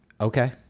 Okay